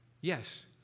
Yes